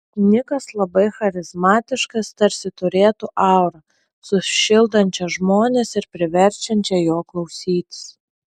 nikas labai charizmatiškas tarsi turėtų aurą sušildančią žmones ir priverčiančią jo klausytis